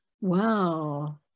wow